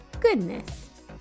goodness